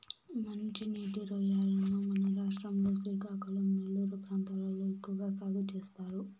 మంచి నీటి రొయ్యలను మన రాష్ట్రం లో శ్రీకాకుళం, నెల్లూరు ప్రాంతాలలో ఎక్కువ సాగు చేస్తారు